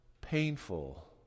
painful